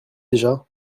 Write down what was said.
déjà